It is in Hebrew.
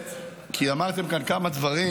אמרתם כאן כמה דברים,